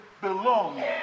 belong